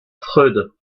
freud